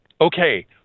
Okay